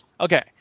Okay